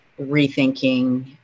rethinking